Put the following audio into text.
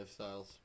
lifestyles